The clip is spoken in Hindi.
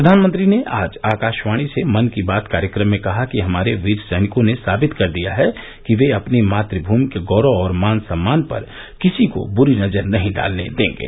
प्रधानमंत्री ने आज आकाशवाणी से मन की बात कार्यक्रम में कहा कि हमारे वीर सैनिकों ने साबित कर दिया है कि वे अपनी मातमूमि के गौरव और मान सम्मान पर किसी को बुरी नजर नहीं डालने देंगे